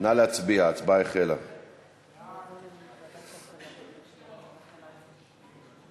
את הצעת חוק נתוני אשראי, התשע"ו